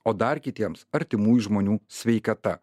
o dar kitiems artimųjų žmonių sveikata